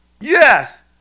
Yes